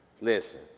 Listen